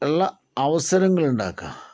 ഉള്ള അവസരങ്ങള് ഉണ്ടാക്കുക